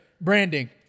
Branding